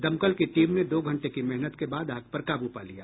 दमकल की टीम ने दो घंटे की मेहनत के बाद आग पर काबू पा लिया